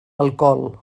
alcohol